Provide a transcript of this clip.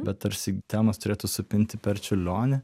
bet tarsi temos turėtų supinti per čiurlionį